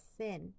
sin